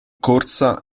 corsa